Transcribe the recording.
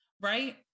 right